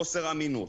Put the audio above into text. חוסר אמינות,